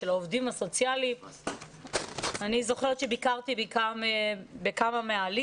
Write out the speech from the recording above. של העובדים הסוציאליים אני זוכרת שביקרתי בכמה מאהלים